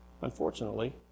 Unfortunately